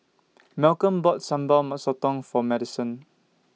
Malcom bought Sambal Sotong For Madisen